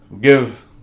give